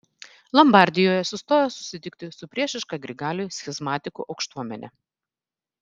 lombardijoje sustojo susitikti su priešiška grigaliui schizmatikų aukštuomene